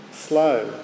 slow